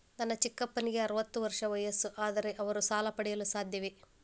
ನನ್ನ ಚಿಕ್ಕಪ್ಪನಿಗೆ ಅರವತ್ತು ವರ್ಷ ವಯಸ್ಸು, ಆದರೆ ಅವರು ಸಾಲ ಪಡೆಯಲು ಸಾಧ್ಯವೇ?